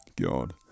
God